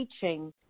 teaching